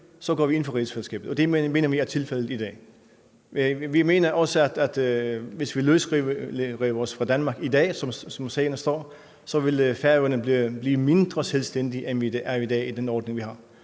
går vi ind for rigsfællesskabet, og det mener vi er tilfældet i dag. Vi mener også, at hvis vi løsriver os fra Danmark i dag, som sagerne står, vil Færøerne blive mindre selvstændige, end vi er i dag med den ordning, vi har.